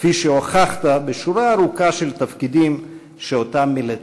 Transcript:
כפי שהוכחת בשורה ארוכה של תפקידים שמילאת.